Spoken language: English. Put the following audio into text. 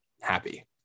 happy